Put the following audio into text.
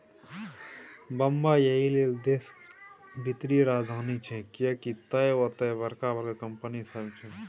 बंबई एहिलेल देशक वित्तीय राजधानी छै किएक तए ओतय बड़का बड़का कंपनी सब छै